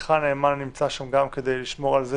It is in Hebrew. עבדך הנאמן נמצא שם גם כדי לשמור על כך